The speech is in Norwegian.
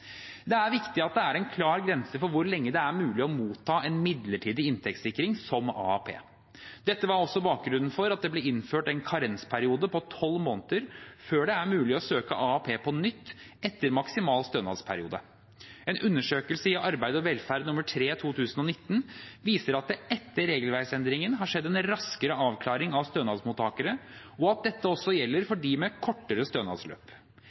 Det er viktig at det er en klar grense for hvor lenge det er mulig å motta en midlertidig inntektssikring som AAP. Dette var også bakgrunnen for at det ble innført en karensperiode på 12 måneder før det er mulig å søke AAP på nytt etter maksimal stønadsperiode. En undersøkelse i Arbeid og velferd nr. 3-2019 viser at det etter regelverksendringen har skjedd en raskere avklaring av stønadsmottakere, og at dette også gjelder for dem med kortere stønadsløp.